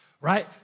right